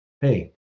hey